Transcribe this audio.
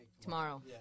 tomorrow